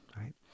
right